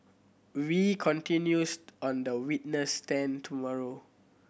wee continues on the witness stand tomorrow